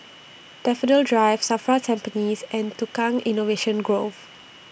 Daffodil Drive SAFRA Tampines and Tukang Innovation Grove